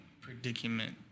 predicament